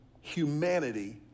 humanity